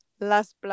las